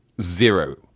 zero